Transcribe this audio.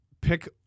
pick